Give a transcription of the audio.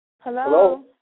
Hello